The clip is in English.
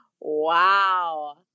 Wow